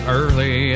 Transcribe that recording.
early